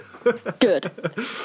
good